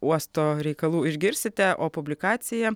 uosto reikalų išgirsite o publikacija